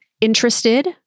interested